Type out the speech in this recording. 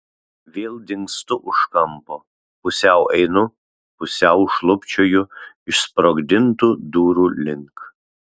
vėl dingstu už kampo pusiau einu pusiau šlubčioju išsprogdintų durų link